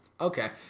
Okay